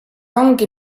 ongi